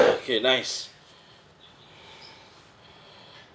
okay nice